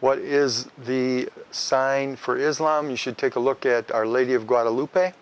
what is the sign for islam you should take a look at our lady of guadalupe